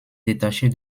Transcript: détachée